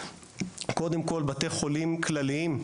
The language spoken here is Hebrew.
קודם כול בבתי חולים כלליים,